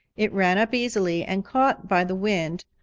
it ran up easily, and caught by the wind